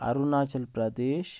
Arunachal Pradesh